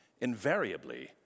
Invariably